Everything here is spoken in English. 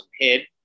head